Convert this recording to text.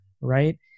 right